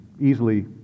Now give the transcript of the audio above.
easily